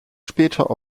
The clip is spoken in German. später